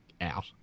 out